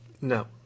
No